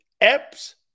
Epps